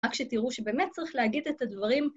רק שתראו שבאמת צריך להגיד את הדברים